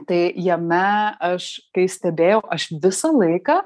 tai jame aš kai stebėjau aš visą laiką